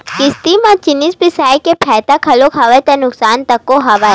किस्ती म जिनिस बिसाय के फायदा घलोक हवय ता नुकसान तको हवय